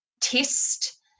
test